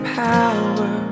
power